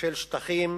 של שטחים